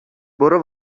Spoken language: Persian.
برو